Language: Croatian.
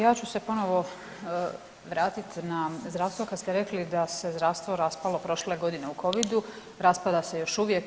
Ja ću se ponovo vratit na zdravstvo kad ste rekli da se zdravstvo raspalo prošle godine u Covidu, raspada se još uvijek.